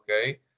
okay